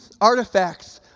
artifacts—